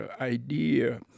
idea